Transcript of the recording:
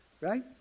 Right